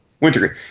Wintergreen